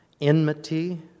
enmity